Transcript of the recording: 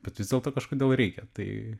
bet vis dėlto kažkodėl reikia tai